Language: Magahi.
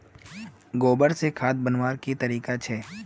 गोबर से खाद बनवार की तरीका छे?